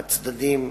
הצדדים,